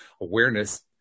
Awareness